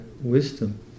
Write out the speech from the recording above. wisdom